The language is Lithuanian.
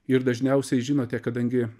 ir dažniausiai žinote kadangi